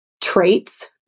traits